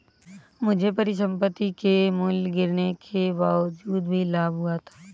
मुझे परिसंपत्ति के मूल्य गिरने के बावजूद भी लाभ हुआ था